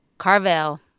carvell,